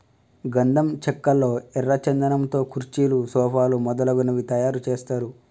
గంధం చెక్కల్లో ఎర్ర చందనం తో కుర్చీలు సోఫాలు మొదలగునవి తయారు చేస్తారు